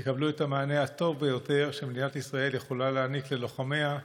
יקבלו את המענה הטוב ביותר שמדינת ישראל יכולה להעניק ללוחמיה,